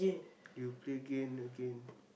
you play again and again